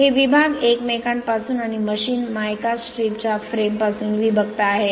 हे विभाग एकमेकांपासून आणि मशीन मयका स्ट्रिप च्या फ्रेम पासून विभक्त आहेत